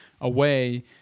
away